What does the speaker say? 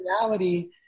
reality